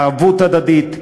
ערבות הדדית,